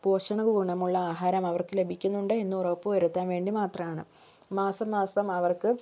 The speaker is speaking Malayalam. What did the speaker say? പോഷണ ഗുണമുള്ള ആഹാരം അവർക്കു ലഭിക്കുന്നുണ്ട് എന്ന് ഉറപ്പുവരുത്താൻ വേണ്ടി മാത്രാണ് മാസം മാസം അവർക്ക്